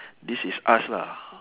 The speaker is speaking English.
this is us lah